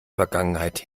vergangenheit